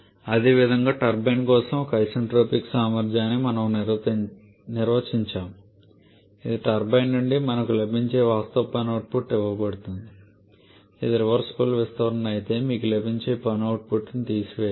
అదేవిధంగా టర్బైన్ కోసం ఒక ఐసెన్ట్రోపిక్ సామర్థ్యాన్ని మనము నిర్వచించాము ఇది టర్బైన్ నుండి మనకు లభించే వాస్తవ పని అవుట్పుట్గా ఇవ్వబడుతుంది ఇది రివర్సిబుల్ విస్తరణ అయితే మీకు లభించే పని అవుట్పుట్ని తీసివేయాలి